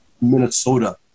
Minnesota